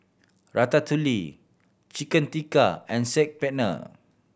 Ratatouille Chicken Tikka and Saag Paneer